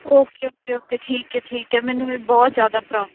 okay okay okay ਠੀਕ ਹੈ ਠੀਕ ਹੈ ਮੈਨੂੰ ਇਹ ਬਹੁਤ ਜ਼ਿਆਦਾ ਪ੍ਰੋਬਲਮ